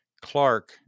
Clark